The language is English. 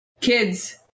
Kids